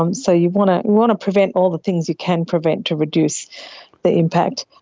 um so you want to want to prevent all the things you can prevent to reduce the impact.